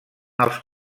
els